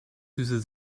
süße